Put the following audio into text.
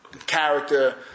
Character